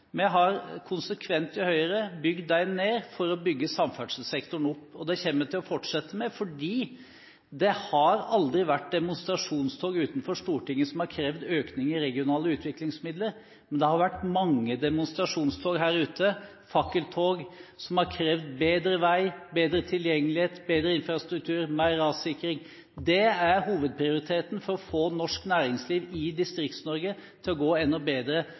i Høyre konsekvent bygd dem ned for å bygge samferdselssektoren opp. Det kommer vi til å fortsette med, for det har aldri vært demonstrasjonstog utenfor Stortinget som har krevd økning i regionale utviklingsmidler, men det har vært mange demonstrasjonstog her ute – fakkeltog – som har krevd bedre vei, bedre tilgjengelighet, bedre infrastruktur, mer rassikring. Det er hovedprioriteten for å få norsk næringsliv i Distrikts-Norge til å gå enda bedre.